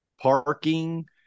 parking